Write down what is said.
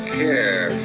care